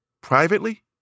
Privately